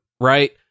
right